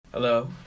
Hello